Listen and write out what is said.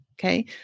okay